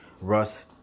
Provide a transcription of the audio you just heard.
Russ